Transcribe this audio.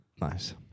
Nice